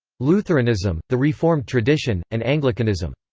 lutheranism, the reformed tradition, and anglicanism.